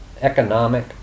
economic